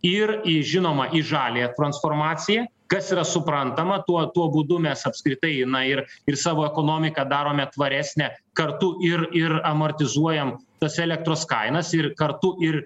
ir į žinoma į žaliąją transformaciją kas yra suprantama tuo tuo būdu mes apskritai jinai ir ir savo ekonomiką darome tvaresnę kartu ir ir amortizuojam tas elektros kainas ir kartu ir